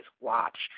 watch